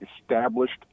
established